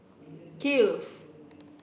kiehl's